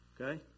Okay